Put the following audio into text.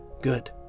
Good